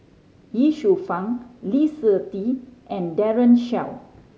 Ye Shufang Lee Seng Tee and Daren Shiau